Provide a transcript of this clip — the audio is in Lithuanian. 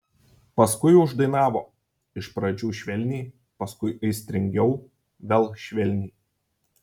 paskui uždainavo iš pradžių švelniai paskui aistringiau vėl švelniai